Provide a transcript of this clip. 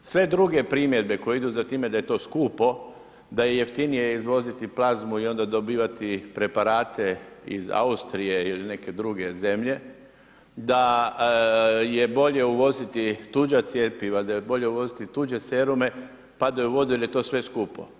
Sve druge primjedbe koje idu za time da je to skupo, da je jeftinije izvoziti plazmu i onda dobivati preparate iz Austrije ili neke dr. zemlje, da je bolje uvoziti tuđa cjepiva, da je obilje uvoziti tuđe serume, pada u vodu, jer je to sve skupo.